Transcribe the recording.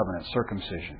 circumcision